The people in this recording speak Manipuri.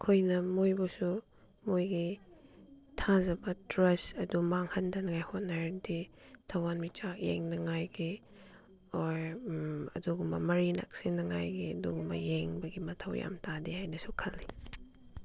ꯑꯩꯈꯣꯏꯅ ꯃꯣꯏꯕꯨꯁꯨ ꯃꯣꯏꯒꯤ ꯊꯥꯖꯕ ꯇ꯭ꯔꯁ ꯑꯗꯨ ꯃꯥꯡꯍꯟꯗꯅꯉꯥꯏ ꯍꯣꯠꯅꯔꯗꯤ ꯊꯋꯥꯟ ꯃꯤꯆꯥꯛ ꯌꯦꯡꯅꯉꯥꯏꯒꯤ ꯑꯣꯔ ꯑꯗꯨꯒꯨꯝꯕ ꯃꯔꯤ ꯅꯛꯁꯤꯟꯅꯉꯥꯏꯒꯤ ꯑꯗꯨꯒꯨꯝꯕ ꯌꯦꯡꯕꯒꯤ ꯃꯊꯧ ꯌꯥꯝ ꯇꯥꯗꯦ ꯍꯥꯏꯅꯁꯨ ꯈꯜꯂꯤ